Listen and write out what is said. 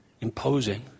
imposing